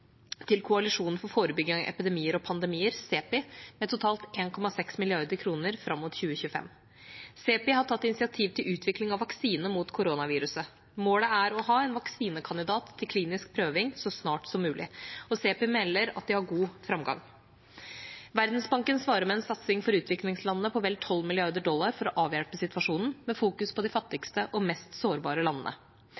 til Koalisjonen for forebygging av epidemier og pandemier, CEPI, med totalt 1,6 mrd. kr fram mot 2025. CEPI har tatt initiativ til utvikling av en vaksine mot koronaviruset. Målet er å ha en vaksinekandidat til klinisk utprøving så snart som mulig. CEPI melder at de har god framgang. Verdensbanken svarer med en satsing for utviklingslandene på vel 12 mrd. dollar for å avhjelpe situasjonen, med fokus på de